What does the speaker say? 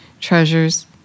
treasures